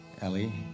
Ellie